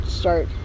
start